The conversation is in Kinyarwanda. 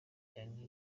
cyane